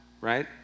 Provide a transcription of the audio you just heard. right